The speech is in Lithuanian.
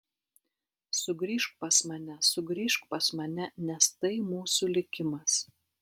sugrįžk pas mane sugrįžk pas mane nes tai mūsų likimas